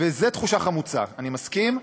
וזו תחושה חמוצה, אני מסכים,